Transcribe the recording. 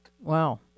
Wow